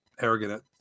arrogant